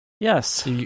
Yes